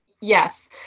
Yes